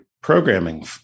programming